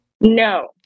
No